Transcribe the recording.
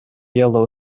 yellow